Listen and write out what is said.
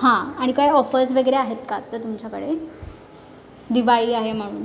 हां आणि काही ऑफर्स वगैरे आहेत का आत्ता तुमच्याकडे दिवाळी आहे म्हणून